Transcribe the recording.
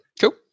Cool